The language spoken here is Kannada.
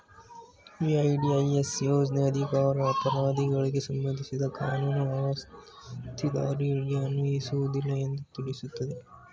ವಿ.ಡಿ.ಐ.ಎಸ್ ಯೋಜ್ನ ಆರ್ಥಿಕ ಅಪರಾಧಿಗಳಿಗೆ ಸಂಬಂಧಿಸಿದ ಕಾನೂನು ಆ ಸುಸ್ತಿದಾರರಿಗೆ ಅನ್ವಯಿಸುವುದಿಲ್ಲ ಎಂದು ತಿಳಿಸುತ್ತೆ